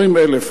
אומרים 1,000,